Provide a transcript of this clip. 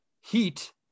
Heat